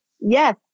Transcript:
yes